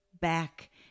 back